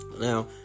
Now